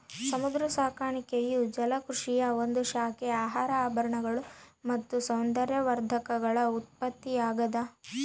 ಸಮುದ್ರ ಸಾಕಾಣಿಕೆಯು ಜಲಕೃಷಿಯ ಒಂದು ಶಾಖೆ ಆಹಾರ ಆಭರಣಗಳು ಮತ್ತು ಸೌಂದರ್ಯವರ್ಧಕಗಳ ಉತ್ಪತ್ತಿಯಾಗ್ತದ